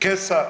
Kesa.